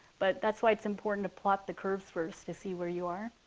but that's why it's important to plot the curves first to see where you are.